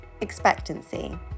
Expectancy